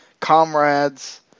Comrades